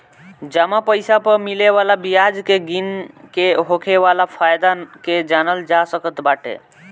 जमा पईसा पअ मिले वाला बियाज के गिन के होखे वाला फायदा के जानल जा सकत बाटे